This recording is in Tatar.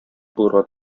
булырга